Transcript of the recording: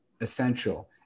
essential